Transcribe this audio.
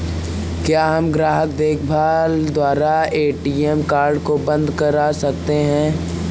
क्या हम ग्राहक देखभाल द्वारा ए.टी.एम कार्ड को बंद करा सकते हैं?